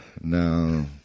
no